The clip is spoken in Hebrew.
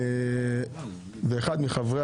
ואחד מחברי